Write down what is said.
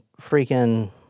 freaking